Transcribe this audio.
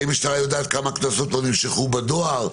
האם המשטרה יודעת כמה קנסות לא נמשכו בדואר?